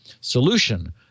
Solution